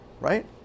right